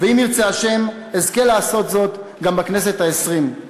ואם ירצה השם, אזכה לעשות זאת גם בכנסת העשרים.